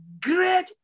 great